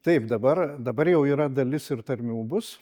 taip dabar dabar jau yra dalis ir tarmių bus